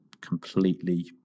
completely